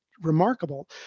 remarkable